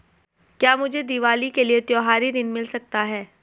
क्या मुझे दीवाली के लिए त्यौहारी ऋण मिल सकता है?